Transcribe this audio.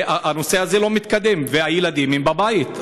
והנושא הזה לא מתקדם, והילדים בבית.